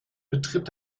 betritt